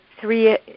three